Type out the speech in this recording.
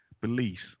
beliefs